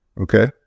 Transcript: okay